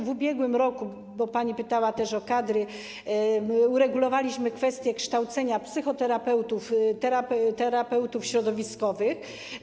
W ubiegłym roku, bo pani pytała też o kadry, uregulowaliśmy kwestię kształcenia psychoterapeutów i terapeutów środowiskowych.